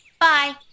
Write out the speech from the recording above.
bye